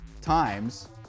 times